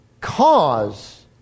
cause